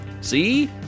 See